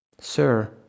Sir